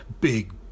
big